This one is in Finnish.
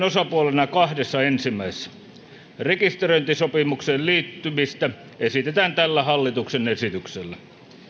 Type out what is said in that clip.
osapuolena kahdessa ensimmäisessä rekisteröintisopimukseen liittymistä esitetään tällä hallituksen esityksellä